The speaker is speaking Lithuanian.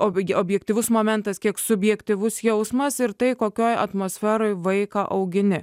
ob gi objektyvus momentas kiek subjektyvus jausmas ir tai kokioj atmosferoj vaiką augini